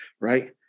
Right